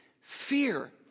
Fear